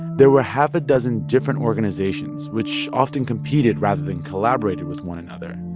there were half a dozen different organizations which often competed rather than collaborated with one another.